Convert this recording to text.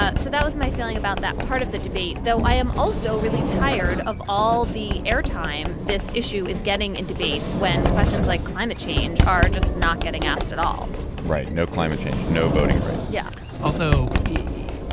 ah so that was my feeling about that part of the debate though i am also really tired of all the airtime. this issue is getting in debates when questions like climate change are just not getting asked at all right no climate change no voting rights yeah although e